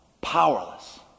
powerless